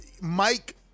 Mike